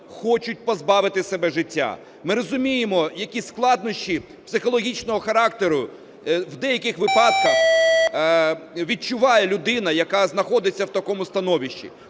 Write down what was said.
хочуть позбавити себе життя. Ми розуміємо, які складнощі психологічного характеру в деяких випадках відчуває людина, яка знаходиться в такому становищі.